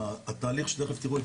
בתהליך שתכף תראו,